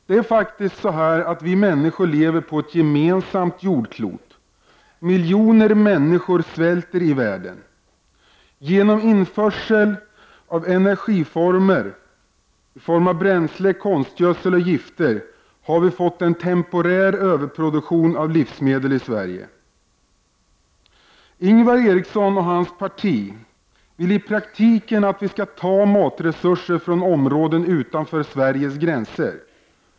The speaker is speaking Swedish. Vi människor lever faktiskt på ett gemensamt jordklot. Miljoner människor svälter i världen. Genom införsel av bränsle, konstgödsel och gifter har vi fått en temporär överproduktion av livsmedel i Sverige. Ingvar Eriksson och hans parti vill i praktiken att vi skall ta matresurser från områden utanför Sveriges gränser.